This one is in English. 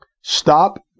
Stop